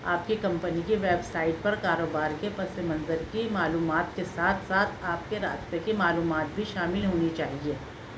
آپ کی کمپنی کی ویب سائٹ پر کاروبار کے پس منظر کی معلومات کے ساتھ ساتھ آپ کے رابطے کی معلومات بھی شامل ہونی چاہئیں